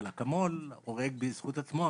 אבל אקמול הורג בזכות עצמו,